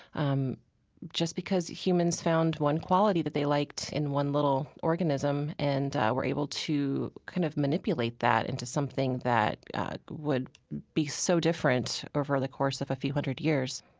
um just because humans found one quality that they liked in one little organism and were able to kind of manipulate that into something that would be so different over the course of a few hundred years